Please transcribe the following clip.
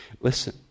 Listen